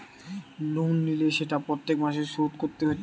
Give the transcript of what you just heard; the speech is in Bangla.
লোন লিলে সেটা প্রত্যেক মাসে শোধ কোরতে হচ্ছে